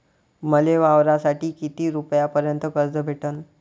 मले वावरासाठी किती रुपयापर्यंत कर्ज भेटन?